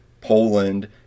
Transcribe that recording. Poland